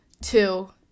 Two